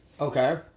Okay